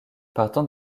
partant